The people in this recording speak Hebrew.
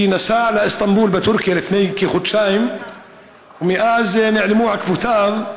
שנסע לאיסטנבול בטורקיה לפני כחודשיים ומאז נעלמו עקבותיו.